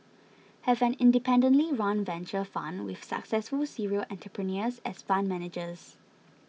have an independently run venture fund with successful serial entrepreneurs as fund managers